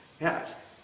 Yes